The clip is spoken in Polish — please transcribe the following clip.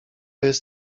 jest